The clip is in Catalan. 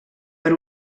per